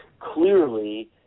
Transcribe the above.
clearly